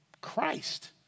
Christ